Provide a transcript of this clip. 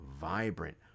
vibrant